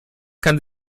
kann